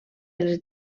els